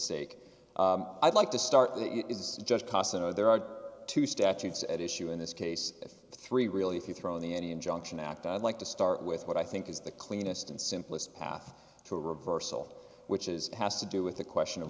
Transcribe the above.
stake i'd like to start it is just cause i know there are two statutes at issue in this case three really if you throw the any injunction act i'd like to start with what i think is the cleanest and simplest path to a reversal which is has to do with the question of